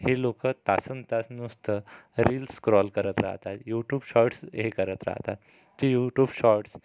हे लोक तासन् तास नुसतं रील्स स्क्रोल करत राहतात यूट्यूब शॉर्ट्स हे करत राहतात ती यूट्यूब शॉर्ट्स